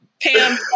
Pam